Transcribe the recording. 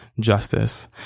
justice